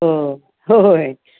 हो होय